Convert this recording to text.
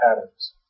patterns